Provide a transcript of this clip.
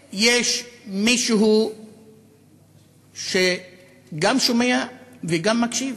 האם יש מישהו שגם שומע וגם מקשיב?